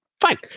Fine